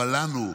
אבל לנו,